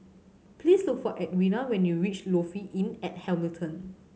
please look for Edwina when you reach Lofi Inn at Hamilton